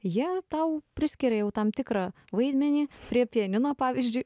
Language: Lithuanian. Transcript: jie tau priskiria jau tam tikrą vaidmenį prie pianino pavyzdžiui